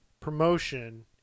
promotion